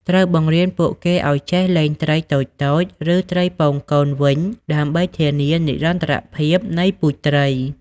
ត្រូវបង្រៀនពួកគេឱ្យចេះ លែងត្រី តូចៗ ឬត្រីពងកូនវិញដើម្បីធានានិរន្តរភាពនៃពូជត្រី។